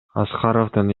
аскаровдун